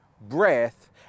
breath